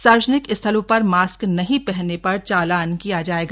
सार्वजनिक स्थलों पर मास्क नहीं पहनने पर चालान किया जायेगा